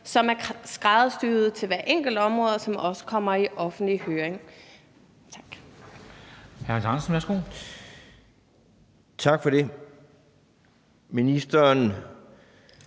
som er skræddersyede til hvert enkelt område, og som også kommer i offentlig høring.